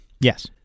Yes